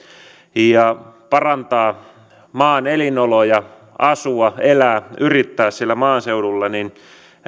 ja parantaa maan elinoloja asua elää yrittää siellä maaseudulla niin